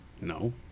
No